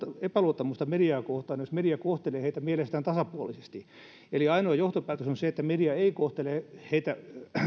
epäluottamusta mediaa kohtaan jos media kohtelee heitä mielestään tasapuolisesti ainoa johtopäätös on se että media ei kohtele heitä